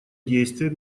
действия